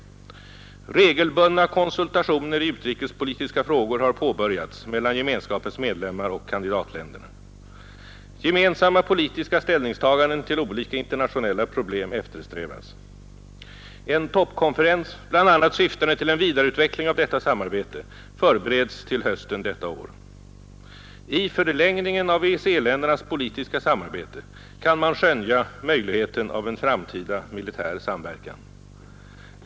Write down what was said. Regelbundna konsultationer i utrikespolitiska frågor har påbörjats mellan Gemenskapens medlemsländer och kandidatländerna. Gemensamma politiska ställningstaganden till olika internationella problem eftersträvas. En toppkonferens, bl.a. syftande till en vidareutveckling av detta samarbete, förbereds till hösten detta år. I förlängningen av EEC-ländernas politiska samarbete kan man skönja möjligheten av en framtida militär samverkan.